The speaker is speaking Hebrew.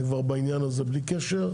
הם כבר בעניין הזה בלי קשר,